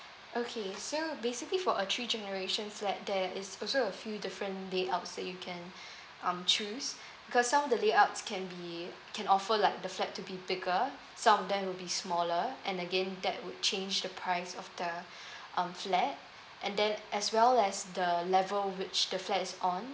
okay so basically for a three generations flat there is also a few different layouts that you can um choose because some of the layouts can be can offer like the flat to be bigger some of them will be smaller and again that would change the price of the um flat and then as well as the level which the flat is on